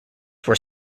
were